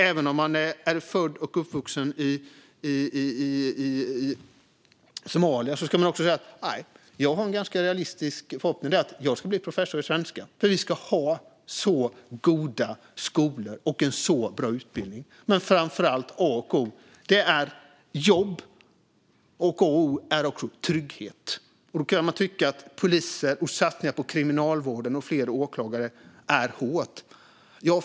Även om man är född och uppvuxen i Somalia ska man kunna säga: Jag har en ganska realistisk förhoppning om att bli professor i svenska. Vi ska ha så goda skolor och en så bra utbildning, men framför allt är jobb och trygghet A och O. Då kan man tycka att poliser och satsningar på Kriminalvården och fler åklagare är hårt.